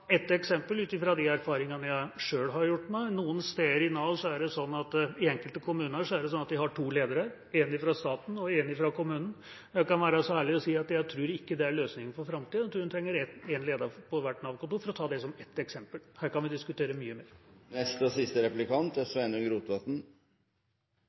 Noen steder i Nav – i enkelte kommuner – er det sånn at de har to ledere, en fra staten og en fra kommunen. Jeg kan være så ærlig og si at jeg tror ikke det er løsningen for framtida. Jeg tror man trenger én leder på hvert Nav-kontor for å ta det som et eksempel. Her kan man diskutere mye